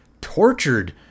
tortured